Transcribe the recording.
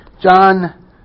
John